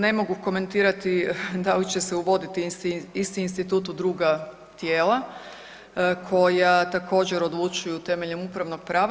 Ne mogu komentirati da li će se uvoditi isti institut u druga tijela koja također odlučuju temeljem upravnog prava.